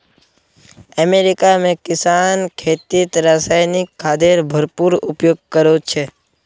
America में किसान खेतीत रासायनिक खादेर भरपूर उपयोग करो छे